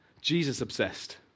Jesus-obsessed